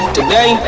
Today